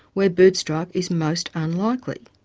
where bird strike is most unlikely.